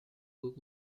book